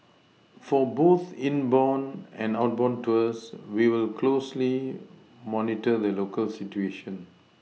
for both inbound and outbound tours we will closely monitor the local situation